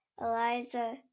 Eliza